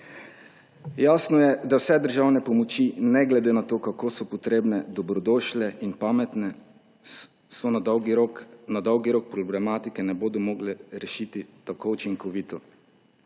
Jasno je, da vse državne pomoči, ne glede na to, kako so potrebne, dobrodošle in pametne, na dolgi rok problematike ne bodo mogle rešiti tako učinkovito,